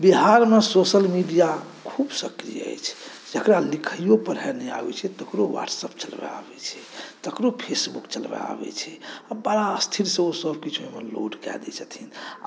बिहारमे social media खूब सक्रिय अछि जकरा लिखैओ पढ़ै नहि आबै छै तकरो वाट्सएप चलबै आबै छै तकरो फेसबुक चलबै आबै छै आओर बड़ा स्थिरसँ ओ सबकिछु ओहिमे लोड कऽ दै छथिन